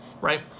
right